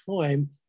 time